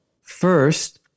First